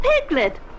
Piglet